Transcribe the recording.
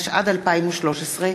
התשע"ד 2013,